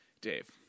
Dave